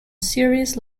series